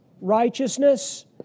righteousness